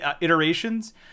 iterations